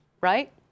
right